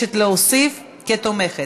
מבקשת להוסיף, כתומכת.